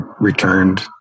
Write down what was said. returned